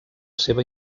seva